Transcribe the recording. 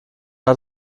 hat